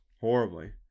horribly